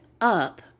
up